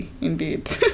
indeed